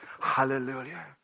Hallelujah